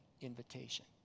invitation